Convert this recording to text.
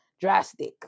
drastic